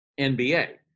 NBA